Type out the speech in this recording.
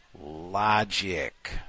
Logic